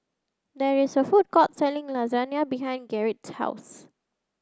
there is a food court selling Lasagna behind Gerrit's house